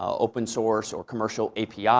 open source, or commercial apis,